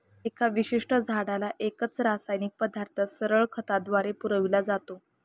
एका विशिष्ट झाडाला एकच रासायनिक पदार्थ सरळ खताद्वारे पुरविला जातो